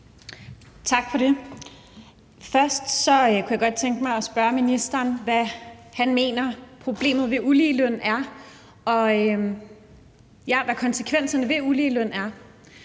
Tak for det. Først kunne jeg godt tænke mig at spørge ministeren om, hvad han mener problemet ved uligeløn er, og hvad konsekvenserne af ulige løn er,